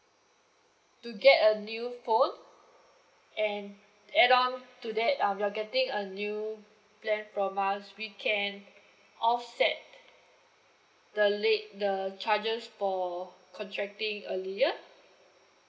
to get a new phone and add on to that um you're getting a new plan from us we can offset the late the charges for contracting earlier